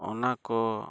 ᱚᱱᱟ ᱠᱚ